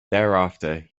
thereafter